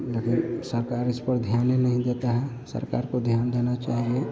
लेकिन सरकार इस पर ध्यान ही नहीं देते हैं सरकार को ध्यान देना चाहिए